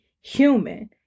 human